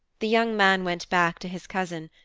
the young man went back to his cousin,